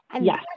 Yes